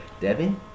Devin